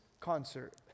concert